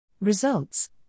Results